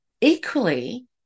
equally